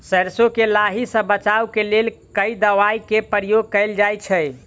सैरसो केँ लाही सऽ बचाब केँ लेल केँ दवाई केँ प्रयोग कैल जाएँ छैय?